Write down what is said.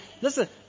Listen